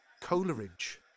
coleridge